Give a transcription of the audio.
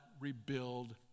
rebuild